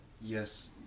yes